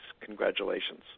Congratulations